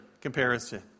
comparison